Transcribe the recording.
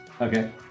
Okay